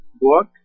book